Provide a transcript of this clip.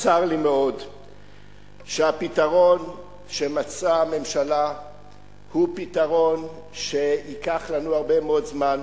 צר לי מאוד שהפתרון שמצאה הממשלה הוא פתרון שייקח לנו הרבה מאוד זמן.